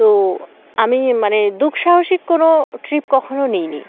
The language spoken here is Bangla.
তো আমি মানে দুঃসাহসিক কোনো ট্রিপ কখনও নিইনি